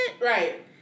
Right